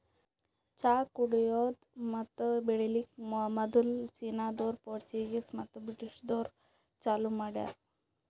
ಚಹಾ ಕುಡೆದು ಮತ್ತ ಬೆಳಿಲುಕ್ ಮದುಲ್ ಚೀನಾದೋರು, ಪೋರ್ಚುಗೀಸ್ ಮತ್ತ ಬ್ರಿಟಿಷದೂರು ಚಾಲೂ ಮಾಡ್ಯಾರ್